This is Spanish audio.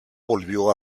volvió